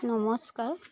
নমস্কাৰ